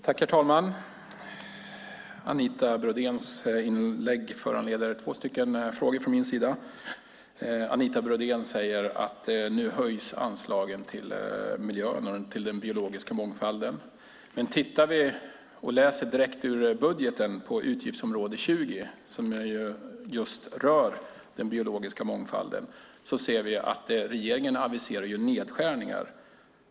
Herr talman! Anita Brodéns inlägg föranleder två frågor från min sida. Anita Brodén säger att anslagen till miljön och den biologiska mångfalden höjs. Men om vi läser direkt ur budgeten för utgiftsområde 20, som just rör den biologiska mångfalden, ser vi att regeringen aviserar nedskärningar.